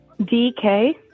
DK